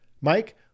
Mike